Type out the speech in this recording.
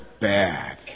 bad